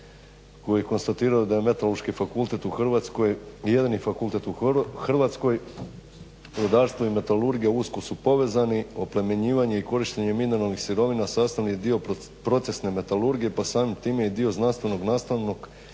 koji konstatira da je Meteorološki fakultet u Hrvatskoj jedini fakultet u Hrvatskoj, rudarstvo i metalurgija usko su povezani, oplemenjivanje i korištenje mineralnih sastavni dio procesne metalurgije pa samim time i dio znanstvenog nastavnog